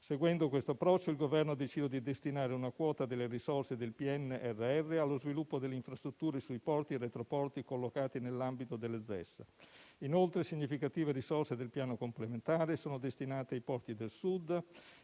Seguendo questo approccio, il Governo ha deciso di destinare una quota delle risorse del PNRR allo sviluppo delle infrastrutture su porti e retroporti collocati nell'ambito delle stesse. Inoltre, significative risorse del Piano complementare sono destinate ai porti del Sud,